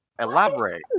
elaborate